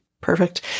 Perfect